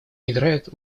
играют